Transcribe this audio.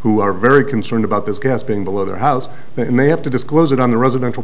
who are very concerned about this gas being below their house and they have to disclose it on the residential